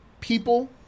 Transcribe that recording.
people